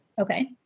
Okay